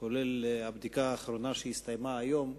לרבות הבדיקה האחרונה שהסתיימה היום,